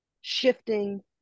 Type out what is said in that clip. shifting